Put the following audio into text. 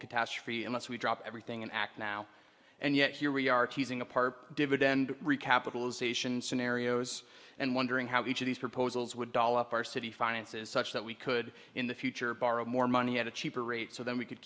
catastrophe and thus we drop everything and act now and yet here we are teasing apart dividend recapitalization scenarios and wondering how each of these proposals would doll up our city finances such that we could in the future borrow more money at a cheaper rate so then we could